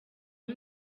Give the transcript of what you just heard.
uwo